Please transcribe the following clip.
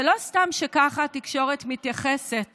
זה לא סתם שככה התקשורת מתייחסת